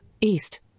east